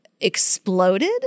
exploded